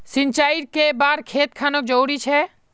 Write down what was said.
सिंचाई कै बार खेत खानोक जरुरी छै?